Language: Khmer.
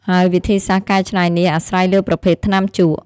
ហើយវិធីសាស្ត្រកែច្នៃនេះអាស្រ័យលើប្រភេទថ្នាំជក់។